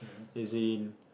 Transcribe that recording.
as in